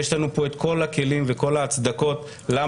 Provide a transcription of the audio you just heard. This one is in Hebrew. יש לנו פה את כל הכלים וכל הצדקות לכך